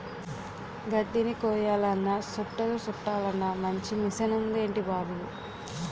గడ్దిని కొయ్యాలన్నా సుట్టలు సుట్టలన్నా మంచి మిసనుందేటి బాబూ